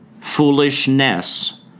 foolishness